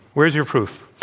where is your proof?